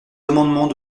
amendements